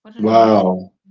Wow